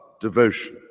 devotion